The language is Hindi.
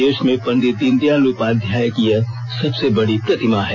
देश में पंडित दीनदयाल उपाध्याीय की यह सबसे बड़ी प्रतिमा है